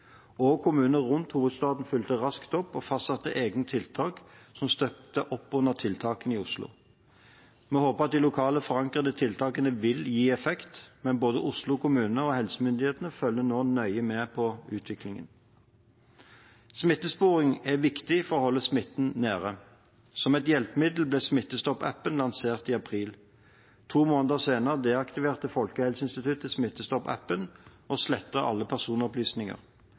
rundt hovedstaden fulgte raskt opp og fastsatte egne tiltak som støtter opp under tiltakene til Oslo. Vi håper at de lokalt forankrede tiltakene vil gi effekt, men både Oslo kommune og helsemyndighetene følger nå nøye med på utviklingen. Smittesporing er viktig for å holde smitten nede. Som et hjelpemiddel ble Smittestopp-appen lansert i april. To måneder senere deaktiverte Folkehelseinstituttet Smittestopp-appen og slettet alle personopplysninger.